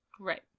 Right